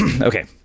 Okay